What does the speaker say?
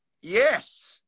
Yes